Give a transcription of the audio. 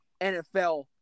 NFL